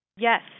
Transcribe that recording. Yes